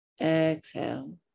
Exhale